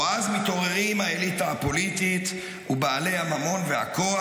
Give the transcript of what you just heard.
אז מתעוררים האליטה הפוליטית ובעלי הממון והכוח,